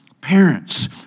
parents